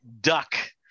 duck